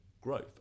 growth